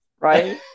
right